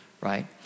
right